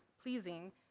pleasing